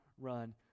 run